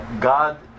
God